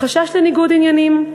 מחשש לניגוד עניינים.